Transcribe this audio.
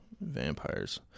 vampires